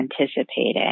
anticipating